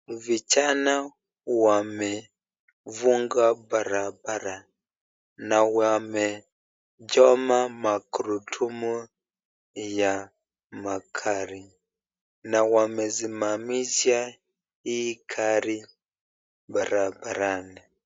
Vijana wamefunga barabara na wamechoma magurudumu ya magari na wamesimamisha hii gari barabarani.